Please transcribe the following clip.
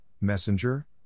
Messenger